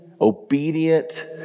obedient